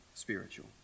spiritual